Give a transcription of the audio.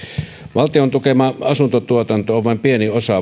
valtion tukema asuntotuotanto on vain pieni osa